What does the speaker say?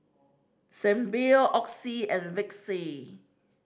Sebamed Oxy and Vichy